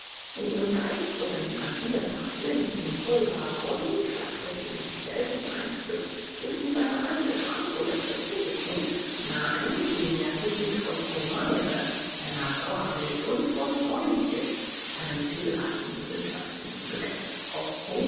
in ihrem geiz oder in ihrer gier nach flinten pulver rum schlachteten sie sich selten ein stück höchstens eine alte kranke oder krepierte kuh nein sie nährten sich von omeire einer sauermilch und von ointjes einem zwiebelartigen wildwachsenden gewächs das auch